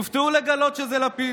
תופתעו לגלות שזה לפיד,